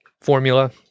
formula